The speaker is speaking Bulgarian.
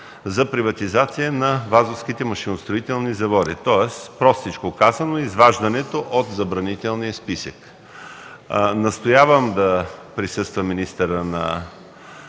за приватизация на Вазовските машиностроителни заводи, тоест простичко казано, изваждането им от Забранителния списък. Настоявам министърът на